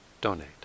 donate